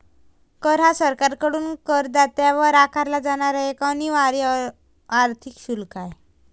कर हा सरकारकडून करदात्यावर आकारला जाणारा एक अनिवार्य आर्थिक शुल्क आहे